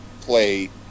play